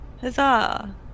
Huzzah